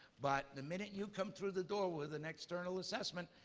but the minute you come through the door with an external assessment,